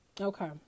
Okay